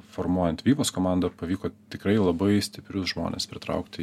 formuojant vivos komandą pavyko tikrai labai stiprius žmones pritraukti